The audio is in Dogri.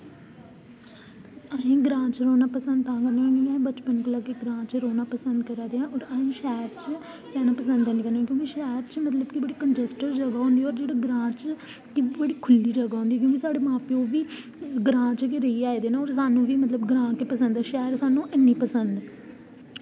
ते मिगी ग्रांऽ च रौह्ना पसंद ऐ ते में बचपन कोला गै ग्रांऽ च रौह्ना पसंद करा दे न अस शैह्र च हैनी पसंद औंदे की शैह्र च बड़ी कन्जस्टिड जगह होंदी ऐ जेह्ड़ी ग्रांऽ च बड़ी खु'ल्ली जगह होंदी की के साढ़े मां प्योऽ बी ग्रांऽ च रेहियै आए दे ते स्हानू ग्रांऽ ई पसंद न